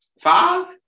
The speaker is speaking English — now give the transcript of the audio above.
five